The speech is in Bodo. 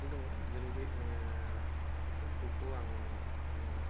दं जेरै बै फेसबुकखौ आं माने